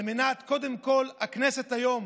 קודם כול, הכנסת היום